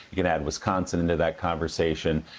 you can add wisconsin into that conversation.